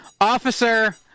Officer